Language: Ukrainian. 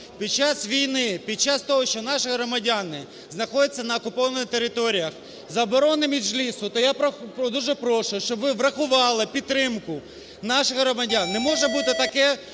Під час війни, під час того, що наші громадяни знаходяться на окупованих територіях, заборони Меджлісу, то я дуже прошу, щоб ви врахували підтримку наших громадян. Не може бути таке,